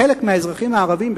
חלק מהאזרחים הערבים,